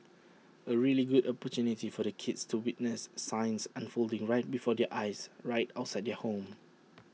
A really good opportunity for the kids to witness science unfolding right before their eyes right outside their home